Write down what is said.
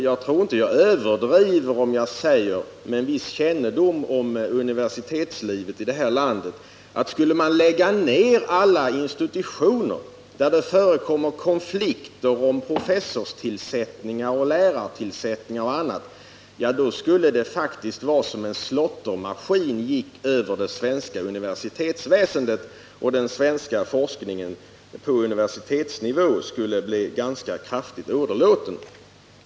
Jag tror inte att jag överdriver om jag säger, med en viss kännedom om universitetslivet i det här landet: Skulle man lägga ned alla institutioner där det förekommer konflikter om professorstillsättningar, lärartillsättningar och annat, då skulle det faktiskt vara som om en slåttermaskin gick över det svenska universitetsväsendet, och den svenska forskningen på universitetsnivå skulle bli ganska kraftigt åderlåten.